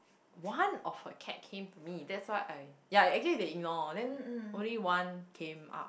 one of her cat came to me that's why I ya actually they ignore then only one came up